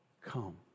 Come